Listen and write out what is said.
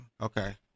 Okay